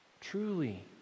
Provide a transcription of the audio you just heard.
truly